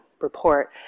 report